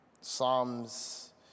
Psalms